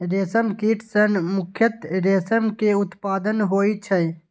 रेशम कीट सं मुख्यतः रेशम के उत्पादन होइ छै